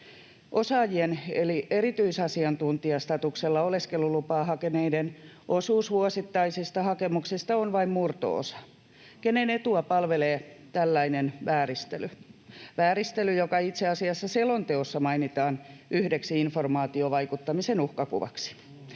Osaajien eli erityisasiantuntijastatuksella oleskelulupaa hakeneiden osuus vuosittaisista hakemuksista on vain murto-osa. Kenen etua palvelee tällainen vääristely? Vääristely itse asiassa selonteossa mainitaan yhdeksi informaatiovaikuttamisen uhkakuvaksi.